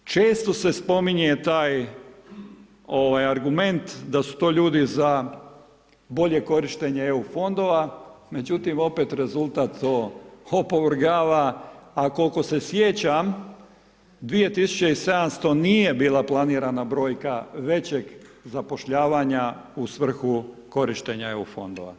Često se spominje taj argument da su to ljudi za bolje korištenje EU fondova, međutim, rezultat to opravdava, a koliko se sjećam 2700 nije bila planirana brojka većeg zapošljavanja u svrhu korištenja EU fondova.